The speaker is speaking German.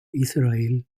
israel